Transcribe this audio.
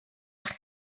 eich